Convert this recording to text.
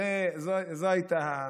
זו הייתה,